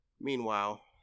meanwhile